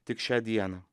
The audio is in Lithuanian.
tik šią dieną